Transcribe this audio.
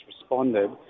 responded